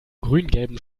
grüngelben